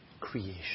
creation